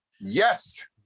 Yes